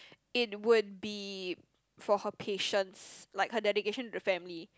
it would be for her patience like her dedication to the family